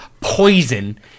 poison